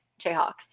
Jayhawks